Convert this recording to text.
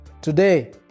today